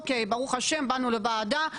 ברוך השם באנו לוועדה,